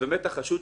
פרסומים,